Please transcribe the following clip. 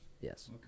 Yes